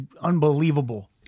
unbelievable